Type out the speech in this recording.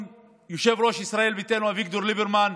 ויושב-ראש ישראל ביתנו אביגדור ליברמן,